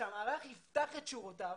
שהמערך יפתח את שורותיו